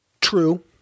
True